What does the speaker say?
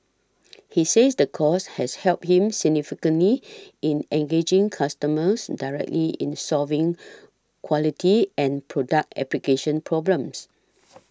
he says the course has helped him significantly in engaging customers directly in solving quality and product application problems